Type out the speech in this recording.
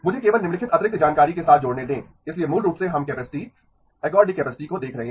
मुझे केवल निम्नलिखित अतिरिक्त जानकारी के साथ जोड़ने दें इसलिए मूल रूप से हम कैपेसिटी एर्गोडिक कैपेसिटी को देख रहे हैं